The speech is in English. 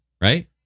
right